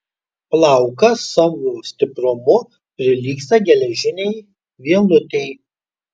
plaukas savo stiprumu prilygsta geležinei vielutei